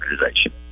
organization